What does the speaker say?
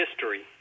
history